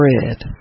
bread